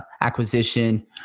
acquisition